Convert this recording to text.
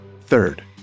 Third